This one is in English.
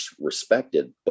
respected